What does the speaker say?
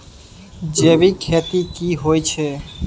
जैविक खेती की होए छै?